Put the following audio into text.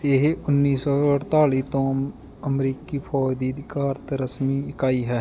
ਇਹ ਉੱਨੀ ਸੌ ਅਠਤਾਲੀ ਤੋਂ ਅਮਰੀਕੀ ਫੌਜ ਦੀ ਅਧਿਕਾਰਤ ਰਸਮੀ ਇਕਾਈ ਹੈ